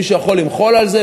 מישהו יכול למחול על זה?